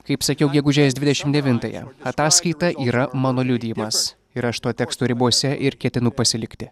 kaip sakiau gegužės dvidešim devintąją ataskaita yra mano liudijimas ir aš to teksto ribose ir ketinu pasilikti